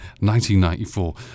1994